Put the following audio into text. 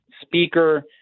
speaker